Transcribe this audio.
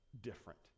different